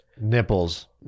Nipples